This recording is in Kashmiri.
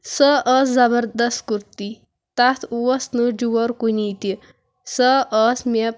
سۄ ٲسۍ زبردست کُرتی تَتھ اوس نہٕ جورٕ کُنے تہِ سۄ ٲسۍ مےٚ